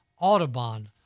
Audubon